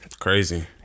Crazy